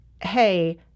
hey